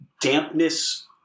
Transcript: dampness